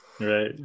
Right